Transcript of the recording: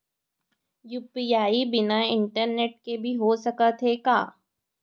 UPI बिना internet के भी हो सकत हे का?